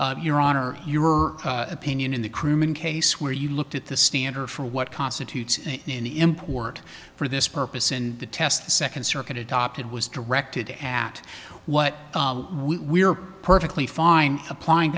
your honor your opinion in the krooman case where you looked at the standard for what constitutes in the import for this purpose and the test the second circuit adopted was directed at what we're perfectly fine applying